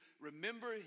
remember